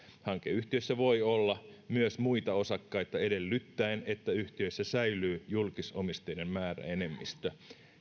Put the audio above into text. hankeyhtiöissä voi olla myös muita osakkaita edellyttäen että yhtiöissä säilyy julkisomisteinen määräenemmistö